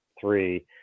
three